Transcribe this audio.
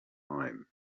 time